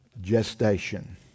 gestation